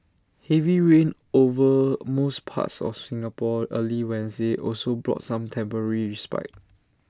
heavy rain over most parts of Singapore early Wednesday also brought some temporary respite